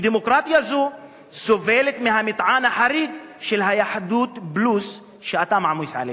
כי דמוקרטיה זאת סובלת מהמטען החריג של היהדות-פלוס שאתה מעמיס עליה.